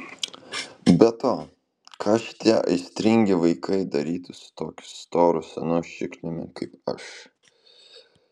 be to ką šitie aistringi vaikai darytų su tokiu storu senu šikniumi kaip aš